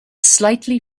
slightly